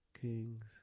Kings